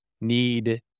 need